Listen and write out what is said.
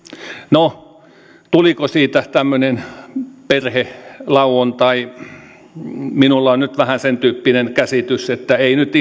no tuliko siitä tämmöinen perhelauantai minulla on nyt vähän sentyyppinen käsitys että ei nyt